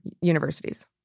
universities